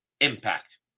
impact